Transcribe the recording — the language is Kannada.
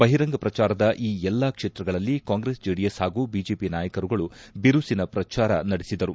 ಬಹಿರಂಗ ಪ್ರಚಾರದ ಈ ಎಲ್ಲಾ ಕ್ಷೇತ್ರಗಳಲ್ಲಿ ಕಾಂಗ್ರೆಸ್ ಜೆಡಿಎಸ್ ಹಾಗೂ ಬಿಜೆಪಿ ನಾಯಕರುಗಳು ಬಿರುಸಿನ ಪ್ರಚಾರ ನಡೆಸಿದರು